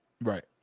right